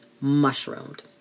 mushroomed